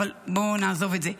אבל בוא נעזוב את זה.